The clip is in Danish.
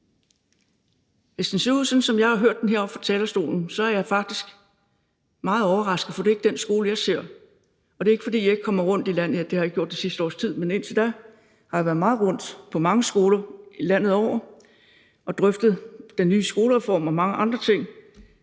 Hvis den ser ud, som jeg har hørt det heroppe fra talerstolen, er jeg faktisk meget overrasket, for det er ikke den skole, jeg ser, og det er ikke, fordi jeg ikke kommer rundt i landet – ja, det har jeg ikke gjort det sidste års tid, men indtil da har jeg været meget rundt på mange skoler landet over og har drøftet den nye skolereform og mange andre ting